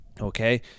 okay